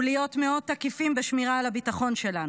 ולהיות מאוד תקיפים בשמירה על הביטחון שלנו,